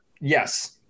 Yes